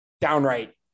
downright